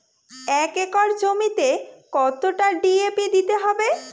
এক একর জমিতে কতটা ডি.এ.পি দিতে হবে?